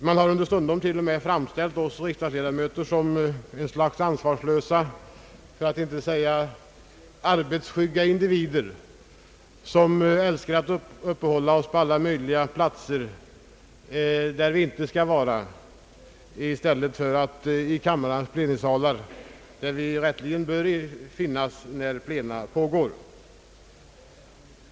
Man har understundom till och med framställt oss riksdagsledamöter som ett slags ansvarslösa för att inte säga arbetsskygga individer som älskar att uppehålla sig på alla möjliga platser där vi inte skall vara i stället för i kamrarnas plenisalar där vi rätteligen bör finnas när plena pågår.